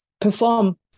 perform